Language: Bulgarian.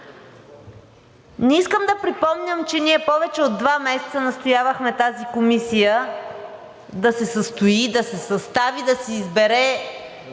Не искам да припомням, че ние повече от два месеца настоявахме тази комисия да се състои, да се състави, да си избере